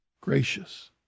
gracious